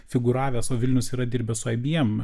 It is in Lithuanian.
figūravęs o vilnius yra dirbęs su ibm